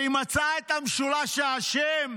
היא מצאה את המשולש האשם: